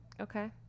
Okay